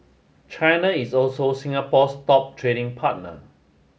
China is also Singapore's top trading partner